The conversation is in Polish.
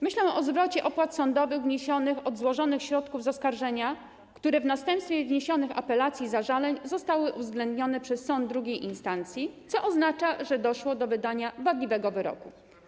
Myślę o zwrocie opłat sądowych wniesionych od złożonych środków z oskarżenia, które w następstwie wniesionych apelacji i zażaleń zostały uwzględnione przez sąd II instancji, co oznacza, że doszło do wydania wadliwego wyroku.